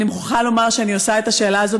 אני מוכרחה לומר שאני מעלה את השאלה הזאת